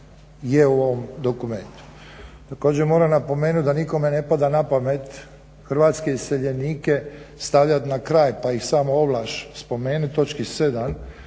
je u ovom dokumentu. Također, moram napomenuti da nikome ne pada na pamet hrvatske iseljenike stavljati na kraj pa ih samo ovlaš spomenuti u točki 7.